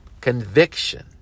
conviction